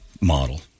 model